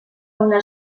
una